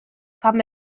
kam